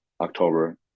October